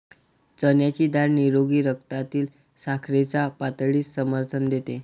चण्याची डाळ निरोगी रक्तातील साखरेच्या पातळीस समर्थन देते